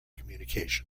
communication